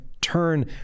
turn